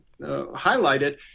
highlighted